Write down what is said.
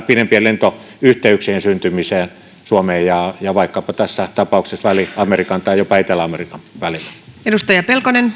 pidempien lentoyhteyksien syntymisen suomen ja ja vaikkapa tässä tapauksessa väli amerikan tai jopa etelä amerikan välillä